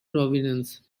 province